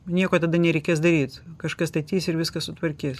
nieko tada nereikės daryt kažkas tai ateis ir viską sutvarkys